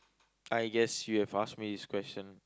I guess you have asked me this question